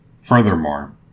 Furthermore